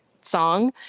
song